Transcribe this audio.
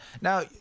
Now